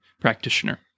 practitioner